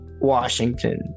Washington